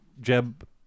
Jeb